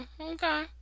okay